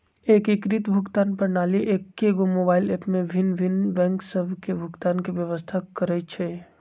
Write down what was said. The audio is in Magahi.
एकीकृत भुगतान प्रणाली एकेगो मोबाइल ऐप में भिन्न भिन्न बैंक सभ के भुगतान के व्यवस्था करइ छइ